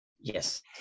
yes